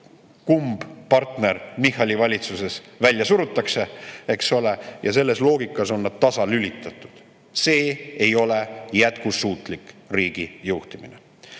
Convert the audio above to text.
kumb partner Michali valitsusest välja surutakse, eks ole, ja selles loogikas on nad tasalülitatud. See ei ole jätkusuutlik riigi juhtimine.